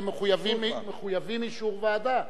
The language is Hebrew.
מחויבים אישור ועדה?